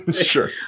Sure